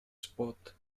spot